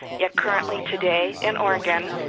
yet, currently, today, in oregon,